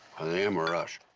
them or us?